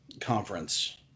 conference